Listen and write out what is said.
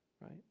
right